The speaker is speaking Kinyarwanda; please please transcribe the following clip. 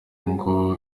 ngo